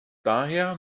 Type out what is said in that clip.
daher